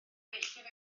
enillydd